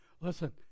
Listen